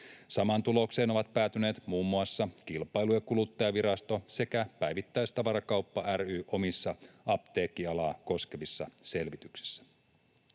Samaan tulokseen ovat päätyneet muun muassa Kilpailu‑ ja kuluttajavirasto sekä Päivittäistavarakauppa ry omissa apteekkialaa koskevissa selvityksissään.